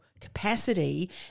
capacity